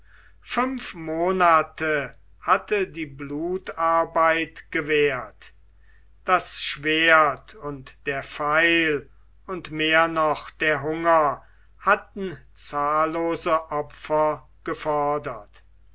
fünf monate hatte die blutarbeit gewährt das schwert und der pfeil und mehr noch der hunger hatten zahllose opfer gefordert